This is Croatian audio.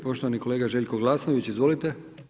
Poštovani kolega Željko Glasnović, izvolite.